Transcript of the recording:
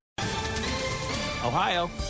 Ohio